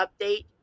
update